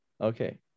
Okay